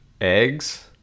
eggs